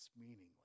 meaningless